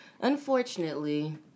unfortunately